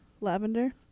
lavender